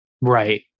Right